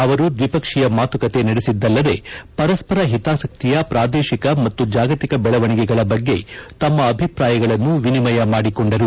ಅವರು ದ್ವಿಪಕ್ಷೀಯ ಮಾತುಕತೆ ನಡೆಸಿದ್ದಲ್ಲದೆ ಪರಸ್ವರ ಹಿತಾಸಕ್ತಿಯ ಪ್ರಾದೇಶಿಕ ಮತ್ತು ಜಾಗತಿಕ ಬೆಳವಣಿಗೆಗಳ ಬಗ್ಗೆ ತಮ್ಮ ಅಭಿಪ್ರಾಯಗಳನ್ನು ವಿನಿಮಯ ಮಾಡಿಕೊಂಡರು